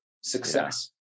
success